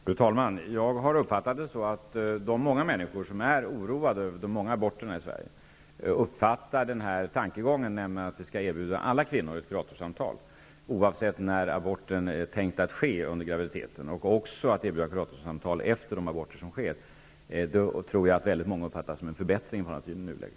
Fru talman! Jag har förstått saken så, att de många människor som är oroade över det stora antalet aborter i Sverige uppfattar tankegången att alla kvinnor skall erbjudas ett kuratorssamtal -- oavsett när under graviditeten aborten är tänkt att ske, och att de också skall erbjudas kuratorssamtal efter de aborter som sker -- som en förbättring i förhållande till nuläget.